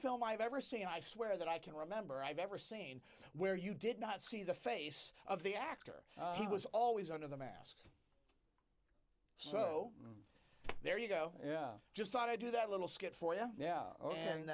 film i've ever seen i swear that i can remember i've ever seen where you did not see the face of the actor he was always under the mask so there you go yeah i just thought i'd do that little skit for yeah yeah